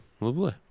lovely